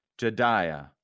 Jediah